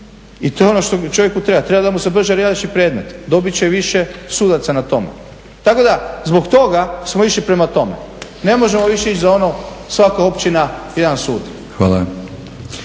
I to je ono što čovjeku treba, treba da mu se brže riješi predmet, dobit će više sudaca na tome. Tako da zbog toga smo išli prema tome. Ne možemo više ići za ono svaka općina jedan sud.